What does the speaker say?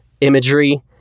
imagery